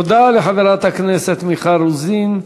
תודה לחברת הכנסת מיכל רוזין.